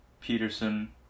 Peterson